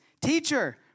Teacher